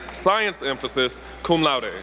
science emphasis, cum laude. ah